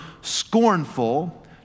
scornful